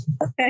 Okay